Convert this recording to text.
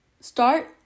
start